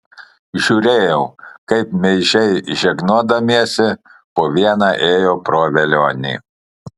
žiūrėjau kaip meižiai žegnodamiesi po vieną ėjo pro velionį